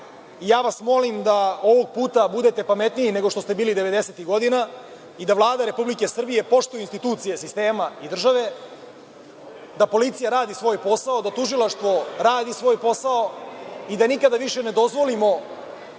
Molim vas da ovog puta budete pametniji nego što se bili 90-ih godina i da Vlada Republike Srbije poštuje institucije sistema i države, da policija radi svoj posao, da tužilaštvo radi svoj posao i da nikada više ne dozvolimo